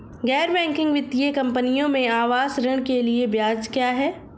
गैर बैंकिंग वित्तीय कंपनियों में आवास ऋण के लिए ब्याज क्या है?